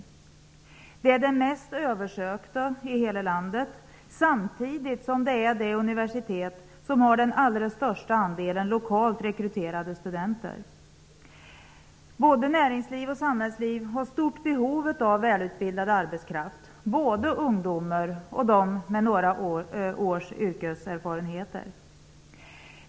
Universitetet är det mest översökta i hela landet och har samtidigt den största andelen lokalt rekryterade studenter. Både närings och samhällsliv har stort behov av välutbildad arbetskraft, såväl ungdomar som personer med några års yrkeserfarenhet.